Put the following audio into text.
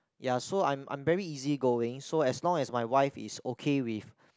ya so I'm I'm very easy going so as long as my wife is okay with